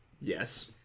yes